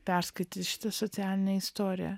perskaityti šitą socialinę istoriją